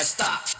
stop